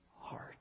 heart